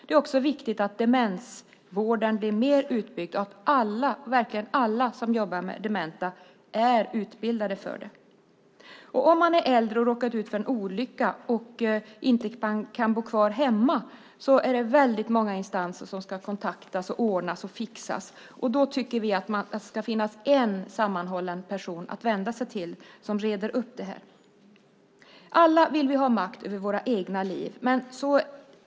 Det är också viktigt att demensvården byggs ut mer och att verkligen alla som jobbar med dementa är utbildade för det. Om man är äldre och man har råkat ut för en olycka och inte kan bo kvar hemma är det väldigt många instanser som ska kontaktas; det ska ordnas och fixas. Vi tycker att det då ska finnas en sammanhållande person som man kan vända sig till och som reder upp det hela. Alla vill vi ha makt över våra egna liv.